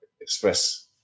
express